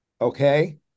Okay